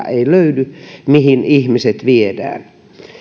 ei löydy väestönsuojia mihin ihmiset viedään